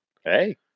Hey